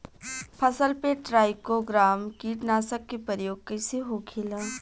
फसल पे trichogramma कीटनाशक के प्रयोग कइसे होखेला?